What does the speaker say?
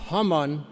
Haman